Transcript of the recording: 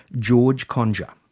george conger.